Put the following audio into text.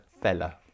fella